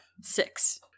Six